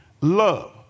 love